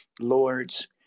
Lords